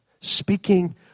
Speaking